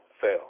fail